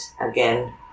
again